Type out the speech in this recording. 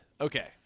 Okay